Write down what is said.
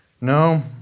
No